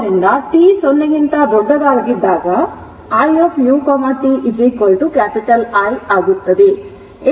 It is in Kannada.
ಆದ್ದರಿಂದ t 0 ಗಿಂತ ದೊಡ್ಡದಾಗಿದ್ದಾಗ iu t I ಆಗುತ್ತದೆ ಏಕೆಂದರೆ u 1 ಆಗಿರುತ್ತದೆ